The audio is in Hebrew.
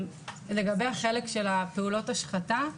לגבי החלק של פעולות ההשחתה,